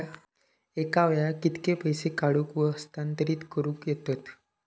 एका वेळाक कित्के पैसे काढूक व हस्तांतरित करूक येतत?